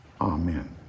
Amen